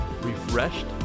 refreshed